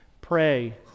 Pray